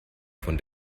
von